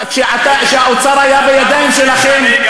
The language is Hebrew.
כשהאוצר היה בידיים שלכם,